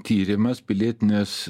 tyrimas pilietinės